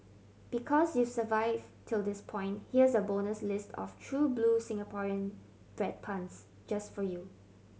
because you've survived till this point here's a bonus list of true blue Singaporean bread puns just for you